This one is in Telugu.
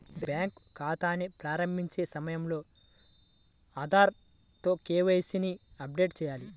బ్యాంకు ఖాతాని ప్రారంభించే సమయంలో ఆధార్ తో కే.వై.సీ ని అప్డేట్ చేయాలి